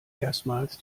erstmals